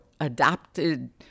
adopted